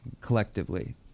collectively